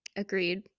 Agreed